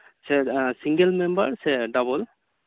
ᱥᱮᱨ single member ᱥᱮ double